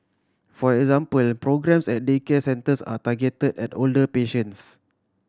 for example programmes at daycare centres are targeted at older patients